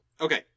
Okay